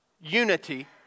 unity